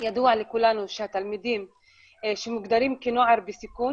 ידוע לכולנו שהתלמידים שמוגדרים כנוער בסיכון